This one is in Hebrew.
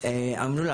אמרו לה,